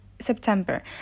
September